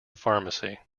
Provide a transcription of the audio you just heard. pharmacy